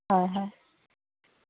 হয় হয়